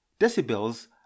Decibels